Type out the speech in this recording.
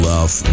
Love